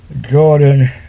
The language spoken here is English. Jordan